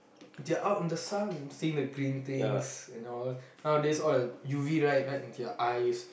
they're out in the sun seeing the green things and all nowadays all the U_V light right into their eyes